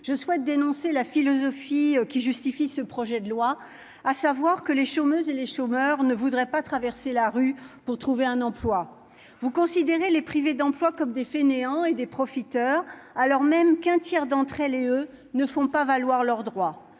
je souhaite dénoncer la philosophie qui justifie ce projet de loi, à savoir que les chômeuses et les chômeurs ne voudrait pas traverser la rue pour trouver un emploi, vous considérez les privés d'emploi comme des fainéants et des profiteurs, alors même qu'un tiers d'entre elles et eux ne font pas valoir leurs droits,